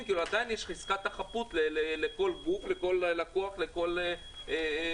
כי עדיין יש חזקת החפות לכל לקוח ולכל מפעיל.